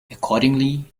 accordingly